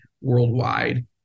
worldwide